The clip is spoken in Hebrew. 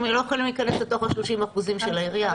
אבל הם לא יכולים להיכנס לתוך ה-30% של העירייה.